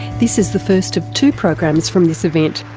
this is the first of two programs from this event.